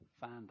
find